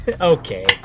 Okay